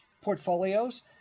portfolios